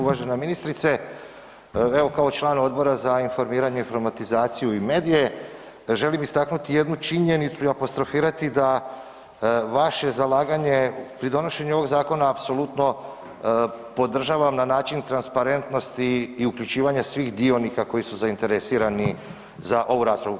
Uvažena ministrice, evo kao član Odbora za informiranje, informatizaciju i medije želim istaknuti jednu činjenicu i apostrofirati da vaše zalaganje pri donošenju ovog zakona apsolutno podržavam na način transparentnosti i uključivanja svih dionika koji su zainteresirani za ovu raspravu.